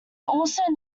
also